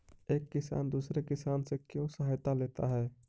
एक किसान दूसरे किसान से क्यों सहायता लेता है?